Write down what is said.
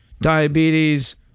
diabetes